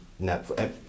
Netflix